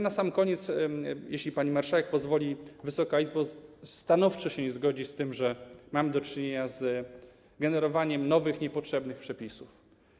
Na sam koniec, jeśli pani marszałek pozwoli, Wysoka Izbo, chcę stanowczo nie zgodzić się z tym, że mamy do czynienia z generowaniem nowych, niepotrzebnych przepisów.